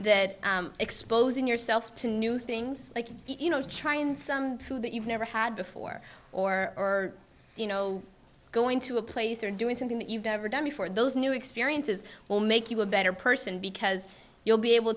that exposing yourself to new things like you know try and some that you've never had before or you know going to a place or doing something that you've never done before those new experiences will make you a better person because you'll be able